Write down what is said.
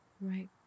Right